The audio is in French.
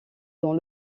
dans